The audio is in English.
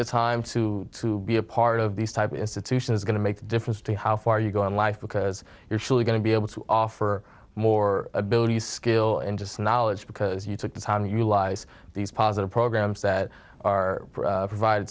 the time to be a part of these type of institution is going to make a difference to how far you go in life because you're going to be able to offer more abilities skill in just knowledge because you took the time you lies these positive programs that are provided